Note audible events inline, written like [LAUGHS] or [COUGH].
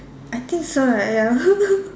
I think so right ya [LAUGHS]